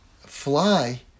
fly